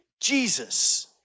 Jesus